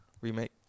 remake